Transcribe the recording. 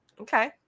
Okay